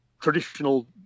traditional